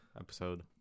episode